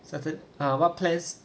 started ah health test